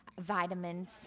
vitamins